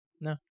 No